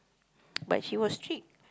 but she was strict